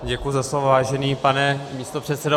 Děkuji za slovo, vážený pane místopředsedo.